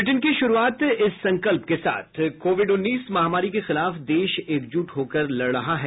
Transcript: bulletin की शुरूआत इस संकल्प के साथ कोविड उन्नीस महामारी के खिलाफ देश एकजुट होकर लड़ रहा है